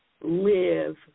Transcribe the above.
live